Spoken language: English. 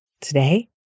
Today